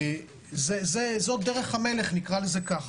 זאת דרך המלך, נקרא לזה כך.